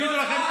יגידו לכם: